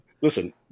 Listen